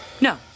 No